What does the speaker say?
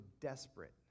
desperate